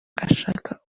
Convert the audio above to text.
ashaka